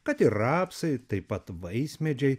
kad ir rapsai taip pat vaismedžiai